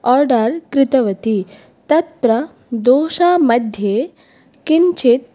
order कृतवती तत्र दोसा मध्ये किञ्चित्